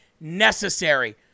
necessary